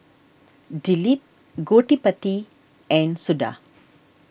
Dilip Gottipati and Suda